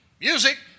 Music